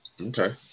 Okay